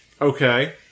Okay